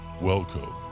Welcome